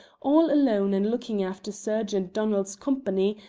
all alone and looking after sergeant donald's company,